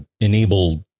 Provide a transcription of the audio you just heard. enable